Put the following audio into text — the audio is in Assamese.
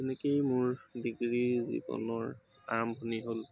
এনেকেই মোৰ ডিগ্ৰী জীৱনৰ আৰম্ভণি হ'ল